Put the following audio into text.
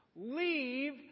Leave